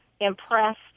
impressed